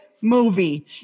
movie